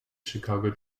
chicago